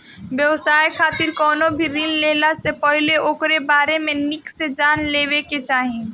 व्यवसाय खातिर कवनो भी ऋण लेहला से पहिले ओकरी बारे में निक से जान लेवे के चाही